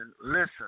Listen